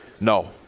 No